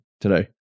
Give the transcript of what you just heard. today